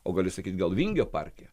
o galiu sakyt gal vingio parke